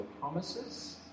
promises